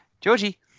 Georgie